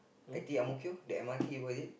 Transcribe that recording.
I_T_E Ang-Mo-Kio the M_R_T what is it